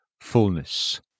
fullness